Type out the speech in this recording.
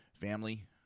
family